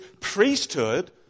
priesthood